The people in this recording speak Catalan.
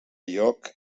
lloc